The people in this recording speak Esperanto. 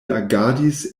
agadis